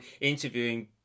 interviewing